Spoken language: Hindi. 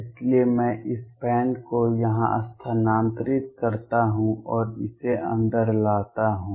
इसलिए मैं इस बैंड को यहां स्थानांतरित करता हूं और इसे अंदर लाता हूं